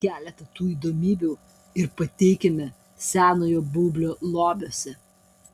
keletą tų įdomybių ir pateikiame senojo baublio lobiuose